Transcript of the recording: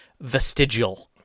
vestigial